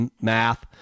math